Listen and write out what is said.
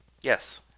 Yes